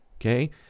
okay